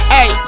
Hey